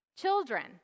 Children